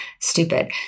stupid